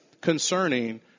concerning